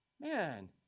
man